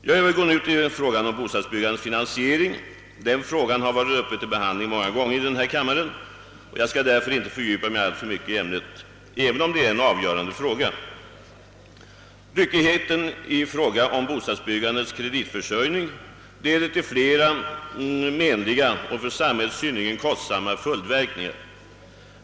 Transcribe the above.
Jag övergår nu till frågan om bostadsbyggandets finansiering. Denna fråga har behandlats många gånger i kammaren. Jag skall därför inte fördjupa mig alltför mycket i ämnet, även om det är av avgörande betydelse. Ryckigheten i fråga om bostadsbyggandets kreditförsörjning leder till flera menliga — och för samhället synnerligen kostsamma — följdverkningar.